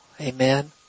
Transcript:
Amen